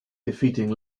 defeating